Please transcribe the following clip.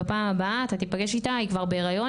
אבל בפעם הבאה שאתה תיפגש איתה - היא כבר תהיה בהריון,